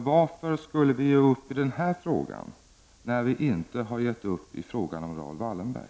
Varför skulle vi ge upp i den här frågan, när vi inte har gett upp i fråga om Raoul Wallenberg?